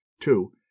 Two